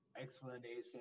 explanation